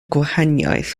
gwahaniaeth